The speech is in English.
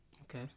Okay